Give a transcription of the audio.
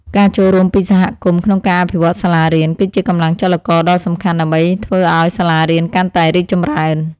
ការចូលរួមពីសហគមន៍ក្នុងការអភិវឌ្ឍសាលារៀន គឺជាកម្លាំងចលករដ៏សំខាន់ដើម្បីធ្វើឱ្យសាលារៀនកាន់តែរីកចម្រើន។